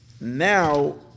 Now